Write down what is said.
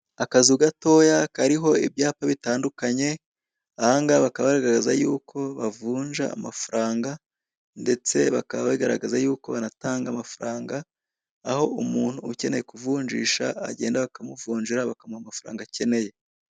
Akazu gatoya kariho ibyapa bitandukanye ahangaha bakaba bagaragaza yuko bavunja amafaranga ndetse bakaba bagaragaza yuko banatanga amafaranga aho umuntu ukeneye kuvunjisha agenda bakamuvunjira bakamuha amafaranga akeneye.